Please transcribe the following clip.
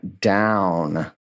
down